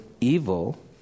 evil